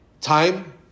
Time